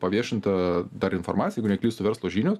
paviešinta dar informacija jeigu neklystu verslo žinios